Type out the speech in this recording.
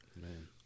Man